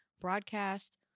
broadcast